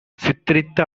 சித்தரித்த